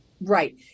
Right